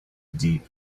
deep